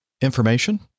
information